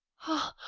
ha!